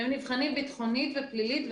הם נבחנים ביטחונית ופלילית.